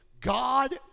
God